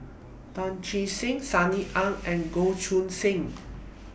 Tan Che Sang Sunny Ang and Goh Choo San